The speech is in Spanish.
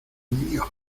mío